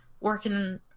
working